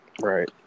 Right